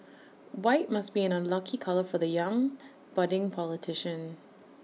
white must be an unlucky colour for the young budding politician